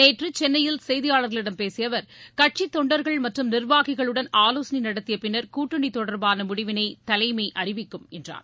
நேற்று சென்னையில் செய்தியாளர்களிடம் பேசிய அவர் கட்சி தொண்டர்கள் மற்றும் நிர்வாகிகளுடன் ஆலோசனை நடத்திய பின்னர் கூட்டணி தொடர்பான முடிவினை தலைமை அறிவிக்கும் என்றார்